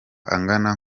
angana